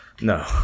no